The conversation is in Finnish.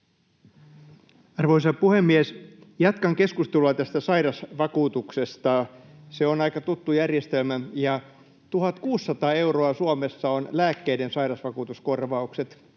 Arvoisa puhemies! Jatkan keskustelua tästä sairausvakuutuksesta. Se on aika tuttu järjestelmä. Suomessa ovat 1 600 euroa lääkkeiden sairausvakuutuskorvaukset,